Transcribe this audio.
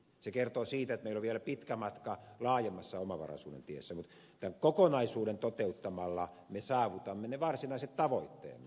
se kertoo siitä että meillä on vielä pitkä matka laajemmalla omavaraisuuden tiellä mutta tämän kokonaisuuden toteuttamalla me saavutamme ne varsinaiset tavoitteemme